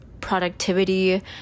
productivity